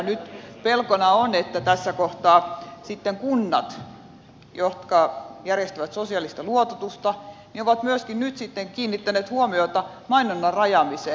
nyt pelkona on että tässä kohtaa kunnat jotka järjestävät sosiaalista luototusta ovat myöskin nyt sitten kiinnittäneet huomiota mainonnan rajaamiseen